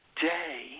day